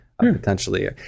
potentially